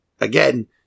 Again